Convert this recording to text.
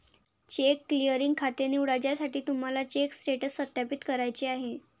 check clearing खाते निवडा ज्यासाठी तुम्हाला चेक स्टेटस सत्यापित करायचे आहे